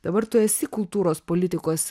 dabar tu esi kultūros politikos